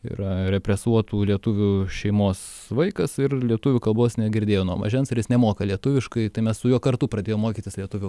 yra represuotų lietuvių šeimos vaikas ir lietuvių kalbos negirdėjo nuo mažens ir jis nemoka lietuviškai tai mes su juo kartu pradėjom mokytis lietuvių